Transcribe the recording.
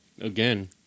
Again